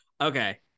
okay